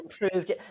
improved